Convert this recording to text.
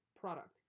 product